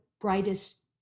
brightest